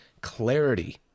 clarity